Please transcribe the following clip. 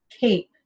cape